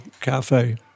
cafe